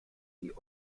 die